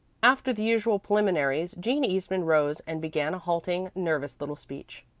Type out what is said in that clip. after the usual preliminaries jean eastman rose and began a halting, nervous little speech.